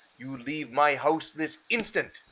you leave my house this instant.